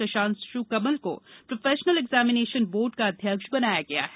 प्रभांशु कमल को professional examination board का अध्यक्ष बनाया गया है